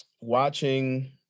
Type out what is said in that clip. Watching